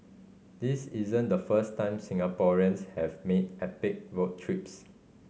this isn't the first time Singaporeans have made epic road trips